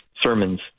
sermons